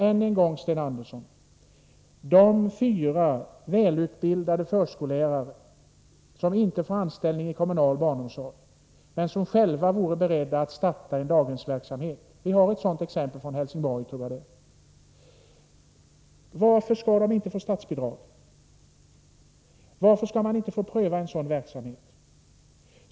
Än en gång, Sten Andersson: De fyra välutbildade förskollärare som inte får anställning inom den kommunala barnomsorgen men som själva är beredda att starta ett daghem — vi har ett sådant exempel i Helsingborg, tror jag - varför får de inte statsbidrag? Varför skall inte en sådan verksamhet få prövas?